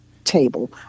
table